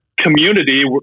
Community